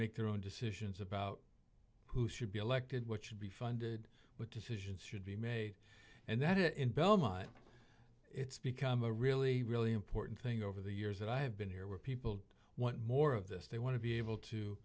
make their own decisions about who should be elected what should be funded what decisions should be made and that in belmont it's become a really really important thing over the years that i've been here where people want more of this they want to be able to